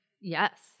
Yes